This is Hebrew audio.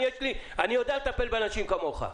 אני יודע לטפל באנשים כמוך.